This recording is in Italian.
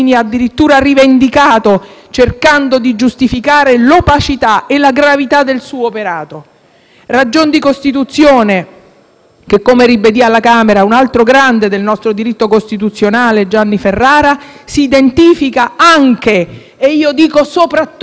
ragion di Costituzione che - come ribadì alla Camera un altro grande del nostro diritto costituzionale, Gianni Ferrara - si identifica anche - e io dico soprattutto - con la protezione della dignità umana e dei diritti fondamentali.